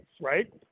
right